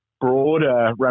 broader